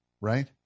Right